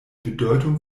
bedeutung